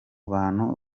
bantu